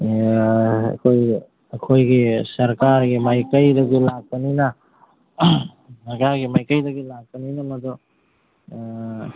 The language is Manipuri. ꯑꯩꯈꯣꯏ ꯑꯩꯈꯣꯏꯒꯤ ꯁꯔꯀꯥꯔꯒꯤ ꯃꯥꯏꯀꯩꯗꯒꯤ ꯂꯥꯛꯄꯅꯤꯅ ꯁꯥꯔꯀꯥꯔꯒꯤ ꯃꯥꯏꯀꯩꯗꯒꯤ ꯂꯥꯛꯄꯅꯤꯅ ꯃꯗꯨ